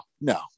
no